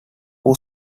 who